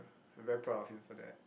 I'm very proud of him for that